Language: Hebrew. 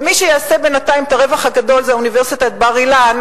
ומי שיעשה בינתיים את הרווח הגדול זה אוניברסיטת בר-אילן,